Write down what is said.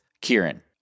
Kieran